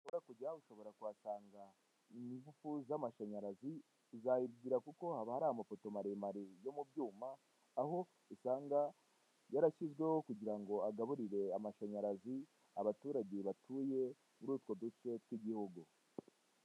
Ushobora kujyaho ushobora kuhasanga ingufu z'amashanyarazi uzayibwira kuko haba hari amafoto maremare yo mu byuma aho usanga yarashyizweho kugira ngo agaburire amashanyarazi abaturage batuye muri utwo duce tw'igihugu.